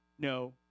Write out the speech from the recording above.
No